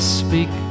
speak